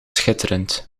schitterend